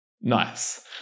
nice